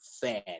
fan